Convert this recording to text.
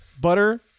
butter